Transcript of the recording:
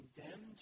condemned